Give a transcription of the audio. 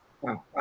Wow